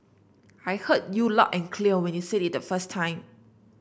I heard you loud and clear when you said it the first time